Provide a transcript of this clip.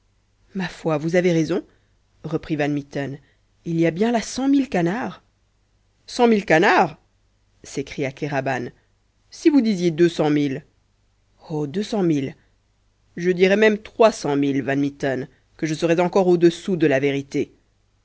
ma foi vous avez raison reprit van mitten il y a bien là cent mille canards cent mille canards s'écria kéraban si vous disiez deux cent mille oh deux cent mille je dirais même trois cent mille van mitten que je serais encore au-dessous de la vérité